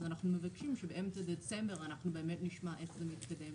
אז אנחנו מבקשים שבאמצע דצמבר אנחנו באמת נשמע איך זה מתקדם.